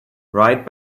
right